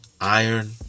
iron